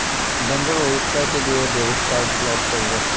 ব্যাঙ্কের ওয়েবসাইটে গিয়ে ডেবিট কার্ড ব্লক করাবো